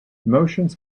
emotions